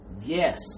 yes